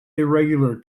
irregular